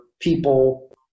people